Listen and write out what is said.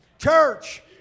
Church